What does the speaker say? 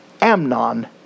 Amnon